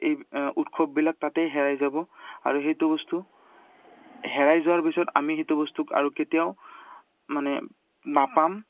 এই উৎসৱবিলাক তাতে হেৰাই যাব আৰু সেইটো বস্তু হেৰাই যোৱাৰ পিছত আমি সেইটো বস্তুক আৰু কেতিয়াও মানে নাপাম